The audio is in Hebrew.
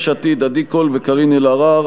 יש עתיד: עדי קול וקארין אלהרר.